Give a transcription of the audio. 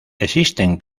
existen